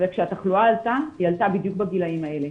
וכשהתחלואה עלתה היא עלתה בדיוק בגילאים האלה.